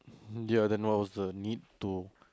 mm ya then what was the need to